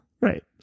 Right